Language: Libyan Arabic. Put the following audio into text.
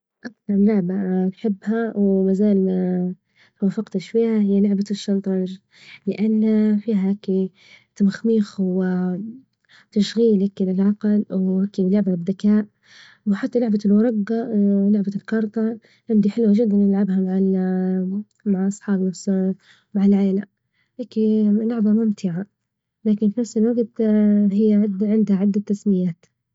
أكثر لعبة نحبها ومازال متوفقتش فيها هي لعبة الشطرنج، لأن فيها هكي تمخميخ وتشغيل هكي للعقل وهكي لعبة ذكاء، وحتى لعبة الورج لعبة الكارت عندي حلوة جدا نلعبها مع ال مع أصحابي و س مع العيلة هكي لعبة ممتعة لكن في نفس الوجت هي عد عندها عدة تسميات.